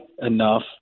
enough